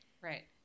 right